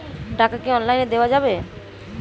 টাকা কি অনলাইনে দেওয়া যাবে?